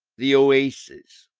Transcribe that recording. the oases.